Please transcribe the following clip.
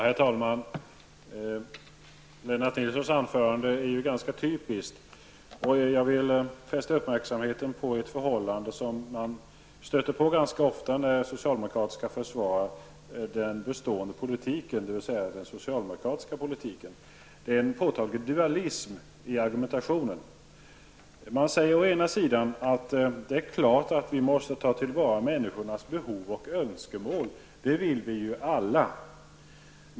Herr talman! Lennart Nilssons anförande är ganska typiskt. Jag vill fästa uppmärksamheten på ett förhållande som man stöter på ganska ofta när socialdemokrater skall försvara den bestående politiken, dvs. den socialdemokratiska politiken. Det finns en påtaglig dualism i argumentationen. Å ena sidan säger socialdemokraterna att det är klart att vi måste ta till vara människornas behov och önskemål. Det vill vi alla.